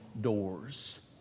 doors